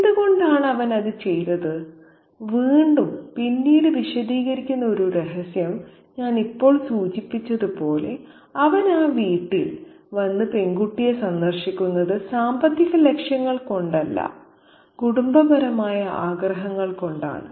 എന്തുകൊണ്ടാണ് അവൻ അത് ചെയ്തത് വീണ്ടും പിന്നീട് വിശദീകരിക്കുന്ന ഒരു രഹസ്യം ഞാൻ ഇപ്പോൾ സൂചിപ്പിച്ചതുപോലെ അവൻ ഈ വീട്ടിൽ വന്ന് പെൺകുട്ടിയെ സന്ദർശിക്കുന്നത് സാമ്പത്തിക ലക്ഷ്യങ്ങൾ കൊണ്ടല്ല കുടുംബപരമായ ആഗ്രഹങ്ങൾ കൊണ്ടാണ്